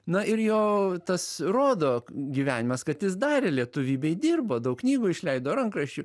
na ir jo tas rodo gyvenimas kad jis darė lietuvybei dirbo daug knygų išleido rankraščių